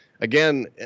again